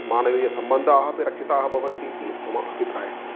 मानवीयसम्बन्धाः अपि रक्षिताः भवन्तीति मम अभिप्रायः